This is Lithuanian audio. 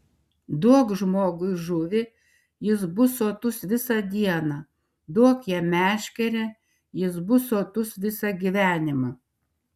duok žmogui žuvį jis bus sotus visą dieną duok jam meškerę jis bus sotus visą gyvenimą